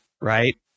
right